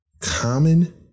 common